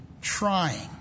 trying